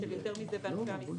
ושל יותר מזה בענפי המסחר.